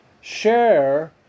share